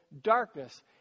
darkness